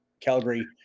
Calgary